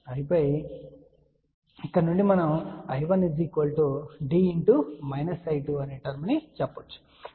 ఆపై ఇక్కడ నుండి మనం I1 D అనే టర్మ్ ను చెప్పగలం